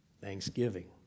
thanksgiving